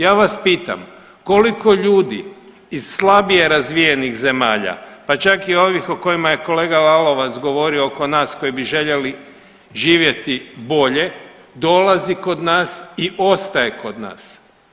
Ja vas pitam koliko ljudi iz slabije razvijenih zemljama, pa čak i ovih o kojima je kolega Lalovac oko nas koji bi željeli živjeti bolje dolazi kod nas i ostaje kod nas.